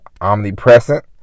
omnipresent